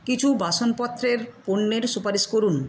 কিছু বাসনপত্রের পণ্যের সুপারিশ করুন